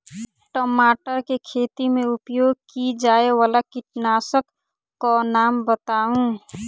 टमाटर केँ खेती मे उपयोग की जायवला कीटनासक कऽ नाम बताऊ?